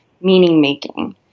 meaning-making